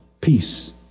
Peace